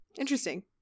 Interesting